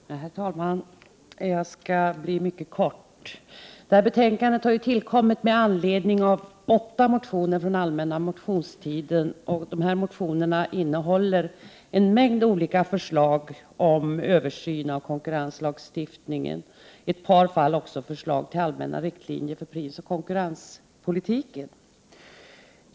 Herr talman! Jag skall fatta mig mycket kort. Det här betänkandet har tillkommit med anledning av åtta motioner avgivna under allmänna motionstiden. Dessa motioner innehåller en mängd olika förslag i anslutning till en översyn av konkurrenslagstiftningen, i ett par fall också förslag till allmänna riktlinjer för prisoch konkurrenspolitiken.